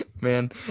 Man